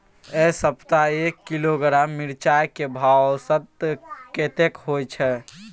ऐ सप्ताह एक किलोग्राम मिर्चाय के भाव औसत कतेक होय छै?